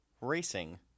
racing